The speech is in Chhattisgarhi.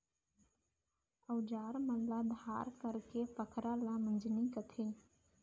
अउजार मन ल धार करेके पखरा ल मंजनी कथें